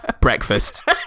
Breakfast